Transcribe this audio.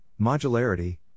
modularity